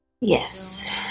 Yes